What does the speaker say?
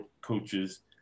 coaches